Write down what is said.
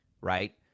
right